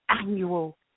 annual